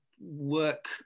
work